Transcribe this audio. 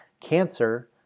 Cancer